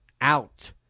out